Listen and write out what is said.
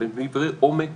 אבל הם דברי עומק